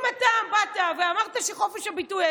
אם אתה באת ואמרת שחופש הביטוי,